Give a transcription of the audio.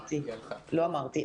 כך אמרתי.